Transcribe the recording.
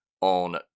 on